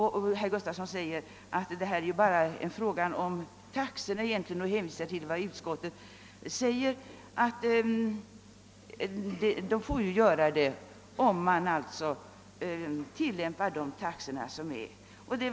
Herr Gustavsson i Alvesta sade att detta egentligen bara var en fråga om taxorna och hänvisade till vad utskottet skriver att överenskommelser av detta slag skall kunna träffas om parterna är överens om att tillämpa det föreslagna ersättningssystemet även vid dessa mottagningar.